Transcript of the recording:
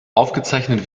aufgezeichnet